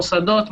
מוסדות,